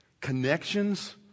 Connections